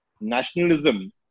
nationalism